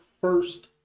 first